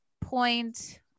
point